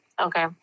Okay